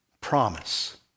promise